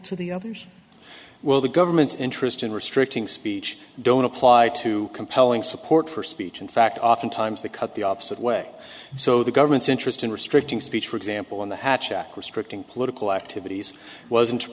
to the others well the government's interest in restricting speech don't apply to compelling support for speech in fact often times they cut the opposite way so the government's interest in restricting speech for example in the hatch act restricting political activities wasn't